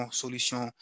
solution